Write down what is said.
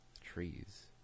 trees